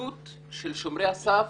להתנכלות לשומרי הסף,